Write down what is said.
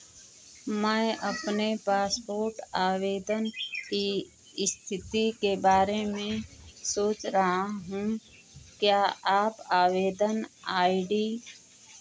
मैं अपने पासपोर्ट आवेदन की स्थिति के बारे में सोच रहा हूँ क्या आप आवेदन आई डी